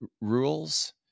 rules